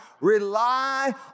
Rely